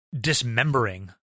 dismembering